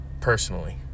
Personally